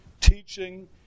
teaching